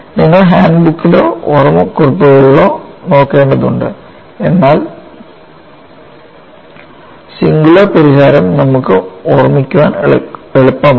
നിങ്ങൾ ഹാൻഡ് ബുക്ക്കളോ കുറിപ്പുകളോ നോക്കേണ്ടതുണ്ട് എന്നാൽ സിംഗുലാർ പരിഹാരം നമുക്ക് ഓർമ്മിക്കാൻ എളുപ്പമാണ്